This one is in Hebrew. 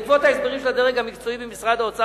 בעקבות ההסברים של הדרג המקצועי במשרד האוצר